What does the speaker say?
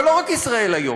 אבל לא רק "ישראל היום".